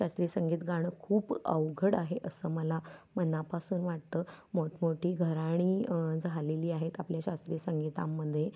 शास्त्रीय संगीत गाणं खूप अवघड आहे असं मला मनापासून वाटतं मोठमोठी घराणी झालेली आहेत आपल्या शास्त्रीय संगीतामध्ये